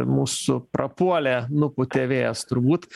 mūsų prapuolė nupūtė vėjas turbūt